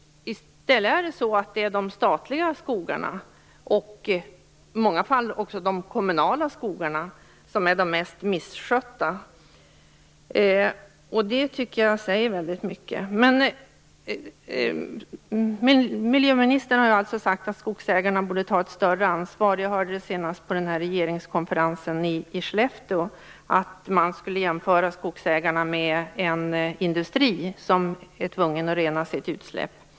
I stället är det de statliga skogarna, och i många fall de kommunala, som är de mest misskötta. Jag tycker att det säger väldigt mycket. Miljöministern har alltså sagt att skogsägarna borde ta ett större ansvar. Jag hörde senast på regeringskonferensen i Skellefteå att man skulle jämföra skogsägarna med en industri, som är tvungen att rena sina utsläpp.